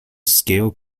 scale